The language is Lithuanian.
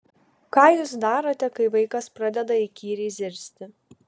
ką jūs darote kai vaikas pradeda įkyriai zirzti